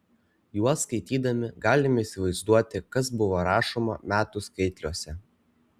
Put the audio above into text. juos skaitydami galime įsivaizduoti kas buvo rašoma metų skaitliuose